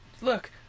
look